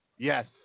Yes